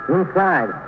Inside